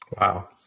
Wow